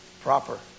proper